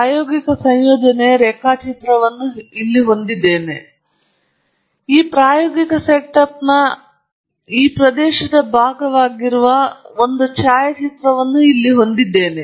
ಪ್ರಾಯೋಗಿಕ ಸಂಯೋಜನೆಯ ರೇಖಾಚಿತ್ರವನ್ನು ಇಲ್ಲಿ ನಾವು ಹೊಂದಿದ್ದೇವೆ ಇದು ಎಲ್ಲವನ್ನೂ ಚೆನ್ನಾಗಿ ಪರಿಹರಿಸಿದೆ ಮತ್ತು ಇನ್ನೂ ಮುಗಿಯುತ್ತದೆ ಈ ಪ್ರಾಯೋಗಿಕ ಸೆಟಪ್ನ ಈ ಪ್ರದೇಶದ ಭಾಗವಾಗಿರುವ ಈ ಪ್ರಾಯೋಗಿಕ ಸೆಟ್ನ ಭಾಗವಾಗಿರುವ ಒಂದು ಛಾಯಾಚಿತ್ರವನ್ನು ನಾವು ಇಲ್ಲಿ ಹೊಂದಿದ್ದೇವೆ